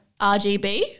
RGB